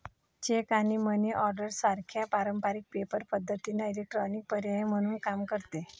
check आणि money order सारख्या पारंपारिक पेपर पद्धतींना इलेक्ट्रॉनिक पर्याय म्हणून काम करते